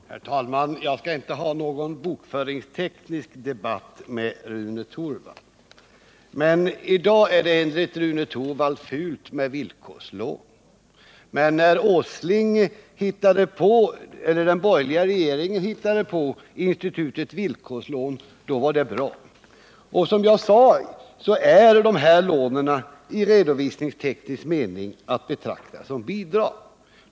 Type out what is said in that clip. Herr talman! Jag skall inte föra någon bokföringsteknisk debatt med Rune Torwald. I dag är det enligt Rune Torwald fult med villkorslån, men när den borgerliga regeringen hittade på institutet villkorslån var det bra. Som jag sade i mitt förra anförande är de här lånen i redovisningsteknisk mening att betrakta som bidrag.